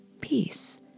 peace